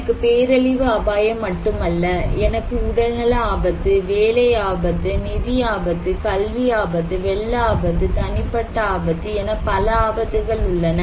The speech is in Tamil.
எனக்கு பேரழிவு அபாயம் மட்டுமல்ல எனக்கு உடல்நல ஆபத்து வேலை ஆபத்து நிதி ஆபத்து கல்வி ஆபத்து வெள்ள ஆபத்து தனிப்பட்ட ஆபத்து என பல ஆபத்துகள் உள்ளன